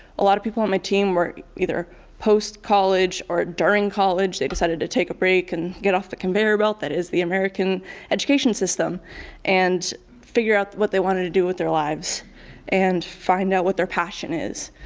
a lot of people on my team were either post college or during college, they decided to take a break and get off the conveyor belt that is the american education system and figure out what they wanted to do with their lives and find out what their passion is.